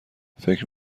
فکر